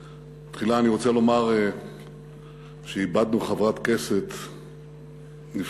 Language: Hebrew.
תחילה אני רוצה לומר שאיבדנו חברת כנסת נפלאה,